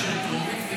נאשר טרומית,